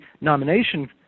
nomination